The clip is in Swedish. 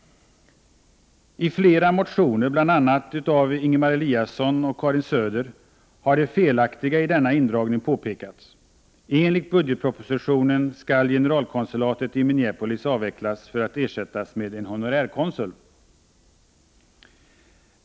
I flera motioner, bl.a. av Ingemar Eliasson och Karin Söder, har det felaktiga i denna indragning påpekats. Enligt budgetpropositionen skall generalkonsulatet i Minneapolis avvecklas för att ersättas med en honorärkonsul.